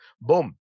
boom